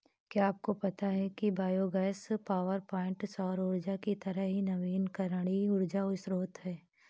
क्या आपको पता है कि बायोगैस पावरप्वाइंट सौर ऊर्जा की तरह ही नवीकरणीय ऊर्जा स्रोत है